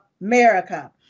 America